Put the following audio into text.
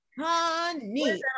honey